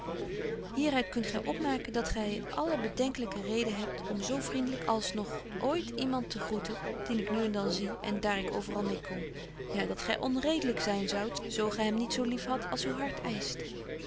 uit kunt gy opmaken dat gy alle bedenkelyke reden hebt om zo vriendlyk als nog ooit iemand te groeten dien ik nu en dan zie en daar ik overal mee kom ja dat gy onreedlyk zyn zoudt zo gy hem niet zo lief hadt als uw hart eischt